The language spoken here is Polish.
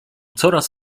coraz